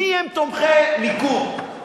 מי הם תומכי הליכוד?